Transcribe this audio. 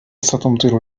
ستمطر